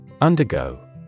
Undergo